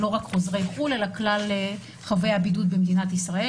לא רק חוזרי חו"ל אלא כלל חבי הבידוד במדינת ישראל.